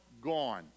gone